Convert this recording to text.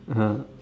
(uh huh)